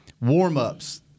Warm-ups